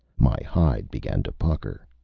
my hide began to pucker.